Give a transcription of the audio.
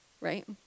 right